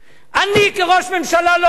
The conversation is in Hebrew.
אני כראש ממשלה לא אתן את זה.